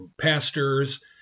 pastors